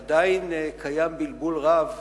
עדיין קיים בלבול רב,